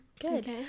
Good